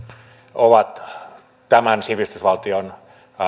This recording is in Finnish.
ovat tämän sivistysvaltion